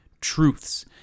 truths